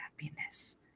happiness